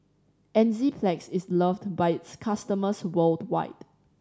Enzyplex is loved by its customers worldwide